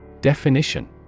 Definition